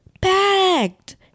Packed